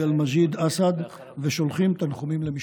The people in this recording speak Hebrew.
אל-מג'יד אסעד ושולחים תנחומים למשפחתו.